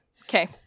Okay